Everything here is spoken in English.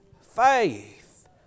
Faith